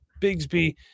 Bigsby